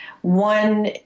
One